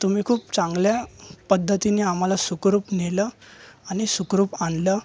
तुम्ही खूप चांगल्या पद्धतीने आम्हाला सुखरूप नेलं आणि सुखरूप आणलं